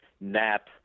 nap